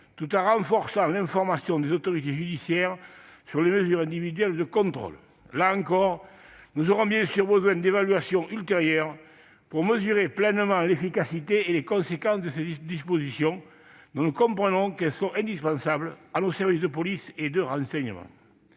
tout en renforçant l'information des autorités judiciaires sur les mesures individuelles de contrôle. Là encore, nous aurons bien sûr besoin d'évaluations ultérieures pour mesurer pleinement l'efficacité et les effets de ces dispositions, dont nous comprenons qu'elles sont indispensables à nos services de police et de renseignement.